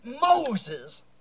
Moses